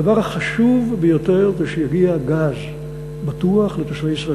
הדבר החשוב ביותר זה שיגיע גז בטוח לתושבי ישראל.